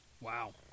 Wow